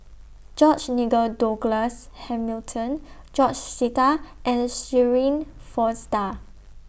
George Nigel Douglas Hamilton George Sita and Shirin Fozdar